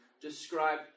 describe